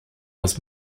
was